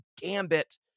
Gambit